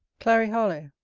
clary harlowe,